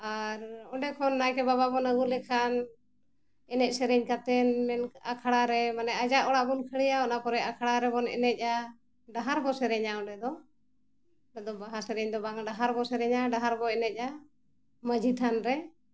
ᱟᱨ ᱚᱸᱰᱮᱠᱷᱚᱱ ᱱᱟᱭᱠᱮ ᱵᱟᱵᱟ ᱵᱚᱱ ᱟᱹᱜᱩ ᱞᱮᱭᱠᱷᱟᱱ ᱮᱱᱮᱡ ᱥᱮᱨᱮᱧ ᱠᱟᱛᱮ ᱟᱠᱷᱲᱟ ᱨᱮ ᱢᱟᱱᱮ ᱟᱭᱟᱜ ᱚᱲᱟᱜ ᱵᱚᱱ ᱠᱷᱟᱹᱲᱮᱭᱟ ᱚᱱᱟᱯᱚᱨᱮ ᱟᱠᱷᱲᱟ ᱨᱮᱵᱚᱱ ᱮᱱᱮᱡᱼᱟ ᱰᱟᱦᱟᱨᱵᱚᱱ ᱥᱮᱨᱮᱧᱟ ᱚᱸᱰᱮ ᱫᱚ ᱵᱟᱦᱟ ᱥᱮᱨᱮᱧ ᱫᱚ ᱵᱟᱝ ᱰᱟᱦᱟᱨ ᱵᱚᱱ ᱥᱮᱨᱮᱧᱟ ᱰᱟᱦᱟᱨ ᱵᱚᱱ ᱮᱱᱮᱡᱼᱟ ᱢᱟᱺᱡᱷᱤ ᱛᱷᱟᱱ ᱨᱮ